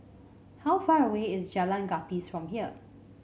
how far away is Jalan Gapis from here